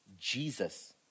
Jesus